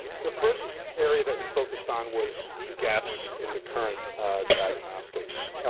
the first area that we focused on was gaps in the current diagnostics.